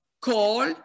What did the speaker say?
call